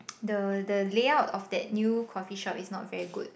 the the layout of that new coffee shop is not very good